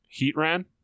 Heatran